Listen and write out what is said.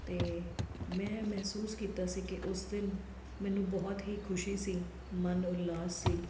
ਅਤੇ ਮੈਂ ਮਹਿਸੂਸ ਕੀਤਾ ਸੀ ਕਿ ਉਸ ਦਿਨ ਮੈਨੂੰ ਬਹੁਤ ਹੀ ਖੁਸ਼ੀ ਸੀ ਮਨ ਉਲਾਸ ਸੀ